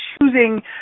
choosing